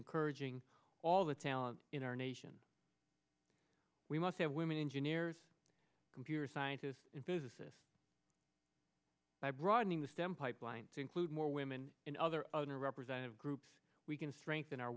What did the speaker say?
encouraging all the talent in our nation we must have women engineers computer scientists and physicists by broadening the stem pipeline to include more women in other under represented groups we can strengthen our